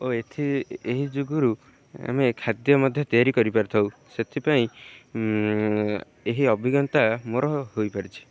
ଓ ଏଥି ଏହି ଯୋଗୁରୁ ଆମେ ଖାଦ୍ୟ ମଧ୍ୟ ତିଆରି କରିପାରିଥାଉ ସେଥିପାଇଁ ଏହି ଅଭିଜ୍ଞତା ମୋର ହୋଇପାରିଛି